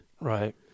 right